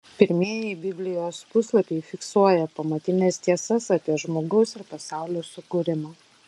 pirmieji biblijos puslapiai fiksuoja pamatines tiesas apie žmogaus ir pasaulio sukūrimą